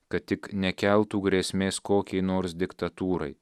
kad tik nekeltų grėsmės kokiai nors diktatūrai